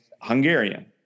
Hungarian